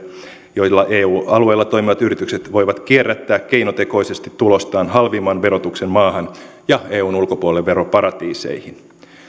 joilla eu alueella toimivat yritykset voivat kierrättää keinotekoisesti tulostaan halvimman verotuksen maahan ja eun ulkopuolelle veroparatiiseihin